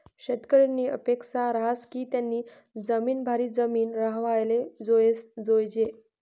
शेतकरीनी अपेक्सा रहास की त्यानी जिमीन भारी जिमीन राव्हाले जोयजे